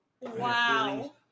Wow